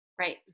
Right